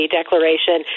declaration